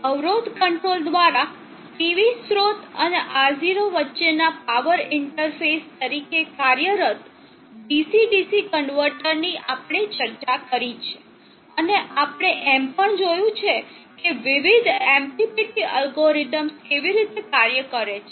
અવરોધ કંટ્રોલ દ્વારા PV સ્રોત અને R0 વચ્ચેના પાવર ઇન્ટરફેસ તરીકે કાર્યરત DC DC કન્વર્ટરની આપણે ચર્ચા કરી છે અને આપણે એમ પણ જોયું છે કે વિવિધ MPPT એલ્ગોરિધમ્સ કેવી રીતે કાર્ય કરે છે